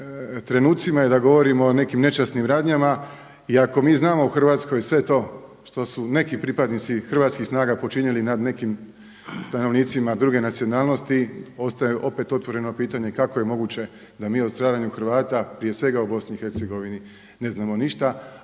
trenucima i da govorimo o nekim nečasnim radnjama, i ako mi znamo u Hrvatskoj sve to što su neki pripadnici hrvatskih snaga počinili nad nekim stanovnicima druge nacionalnosti ostaj opet otvoreno pitanje, kako je moguće da mi o stradanju Hrvata prije svega u BiH ne znamo ništa,